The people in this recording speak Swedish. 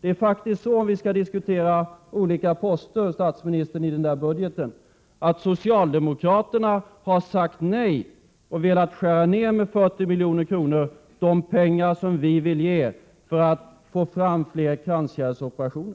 Det är faktiskt så, statsministern, om vi skall diskutera olika poster i den här budgeten, att socialdemokraterna har sagt nej och velat skära ner med 40 milj.kr., de som vi vill ge för att få fram fler kranskärlsoperationer.